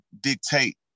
dictate